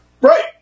Right